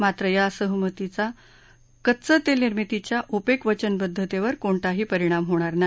मात्र या सहमतीचा कच्चं तेल निर्मितीच्या ओपेक वचनबद्धतेवर कोणताही परिणाम नाही